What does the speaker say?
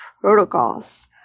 protocols